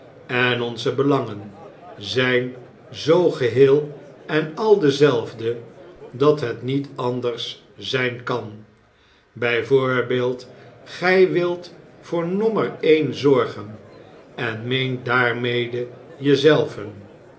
en onze belangen zijn zoo geheel en al dezelfde dat het niet anders zijn kan bij voorbeeld gij wi t voor nommer één zorgen en meent daarmede je